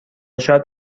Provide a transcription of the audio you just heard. شاید